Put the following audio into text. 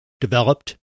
developed